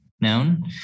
known